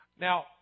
Now